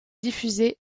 diffuser